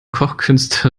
kochkünste